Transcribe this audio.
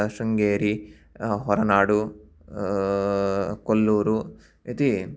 शृङ्गेरि होरनाडु कोल्लूरु इति